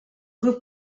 grup